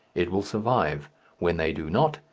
it will survive when they do not,